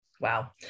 Wow